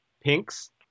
Pink's